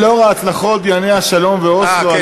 לא, לאור ההצלחות, דיוני השלום ואוסלו.